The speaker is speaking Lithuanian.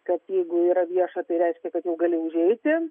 kad jeigu yra vieša tai reiškia kad jau gali užeiti